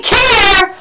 care